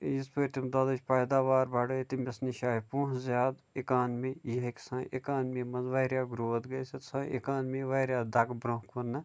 یِژۍ بٲرۍ تٔمۍ دۄدھٕچۍ پیداوار بڑھٲے تٔمِس نِش آیہِ پونٛسہٕ زیادٕ اِکانمی یہِ ہیٚکہِ سٲنۍ اِکانمی منٛز واریاہ گرٛوتھ گٔژھِتھ سٲنۍ اِکانمی واریاہ دَکہٕ برٛۄنٛہہ کُن